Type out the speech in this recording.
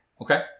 Okay